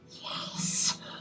Yes